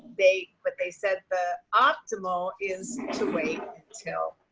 they but they said the optimal is to wait till,